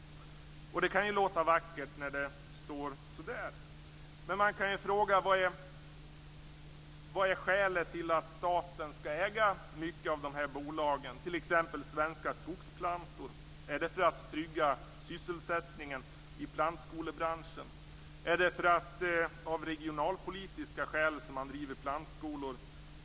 Det kan ju låta vackert när det står så där, men man kan fråga sig vilket skälet är till att staten skall äga många av de här bolagen, t.ex. Svenska Skogsplantor. Är det för att trygga sysselsättningen i plantskolebranschen? Är det av regionalpolitiska skäl som man driver plantskolor?